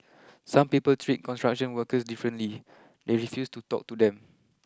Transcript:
some people treat construction workers differently they refuse to talk to them